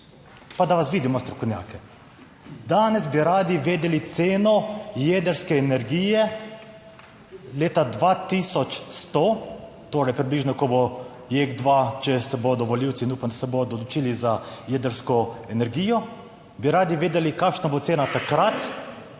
pa da vas vidimo strokovnjake. Danes bi radi vedeli ceno jedrske energije leta 2100, torej približno, ko bo JEK2, če se bodo volivci, in upam, da se bodo odločili za jedrsko energijo, bi radi vedeli, kakšna bo cena takrat,